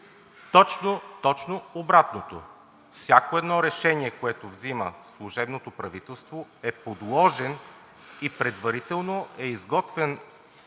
Точно обратното, всяко едно решение, което взима служебното правителство, е подложено и предварително е изготвен